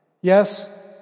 Yes